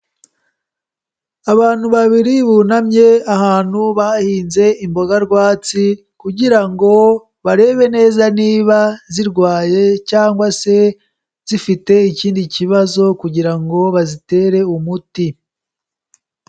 Abantu babiri, bunamye ahantu bahinze imboga rwatsi kugira ngo barebe neza niba zirwaye cyangwa se zifite ikindi kibazo kugira ngo bazitere umuti.